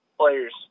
players